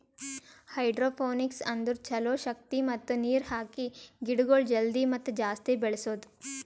hydroponics ಅಂದುರ್ ಛಲೋ ಶಕ್ತಿ ಮತ್ತ ನೀರ್ ಹಾಕಿ ಗಿಡಗೊಳ್ ಜಲ್ದಿ ಮತ್ತ ಜಾಸ್ತಿ ಬೆಳೆಸದು